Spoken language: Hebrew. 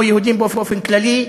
או יהודים באופן כללי,